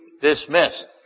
dismissed